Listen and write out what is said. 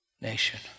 nation